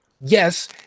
Yes